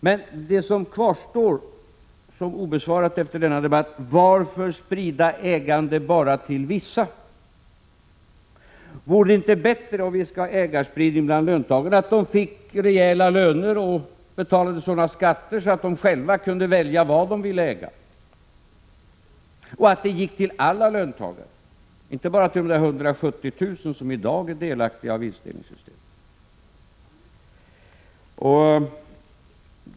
Men de frågor som kvarstår obesvarade efter denna debatt är: Varför sprida ägande bara till vissa? Vore det inte bättre, om vi skall ha ägarspridning bland löntagarna, att de fick rejäla löner och betalade sådana skatter att de själva kunde välja vad de ville äga — och att förmånerna gick till alla löntagare, inte bara till de 170 000 som i dag är delaktiga av vinstdelningssystem?